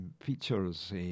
features